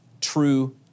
true